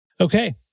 Okay